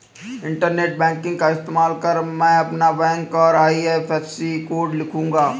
internet banking का इस्तेमाल कर मैं अपना बैंक और आई.एफ.एस.सी कोड लिखूंगा